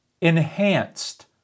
enhanced